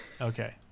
Okay